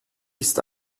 ist